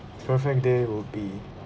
perfect day will be